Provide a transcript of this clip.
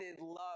love